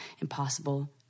impossible